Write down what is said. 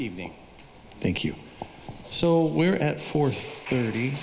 evening thank you so we're at four thirty